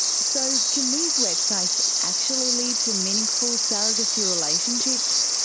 so can these websites actually lead to meaningful surrogacy relationships?